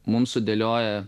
mums sudėlioja